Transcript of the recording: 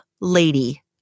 lady